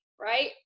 right